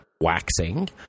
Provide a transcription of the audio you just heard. waxing